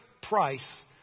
price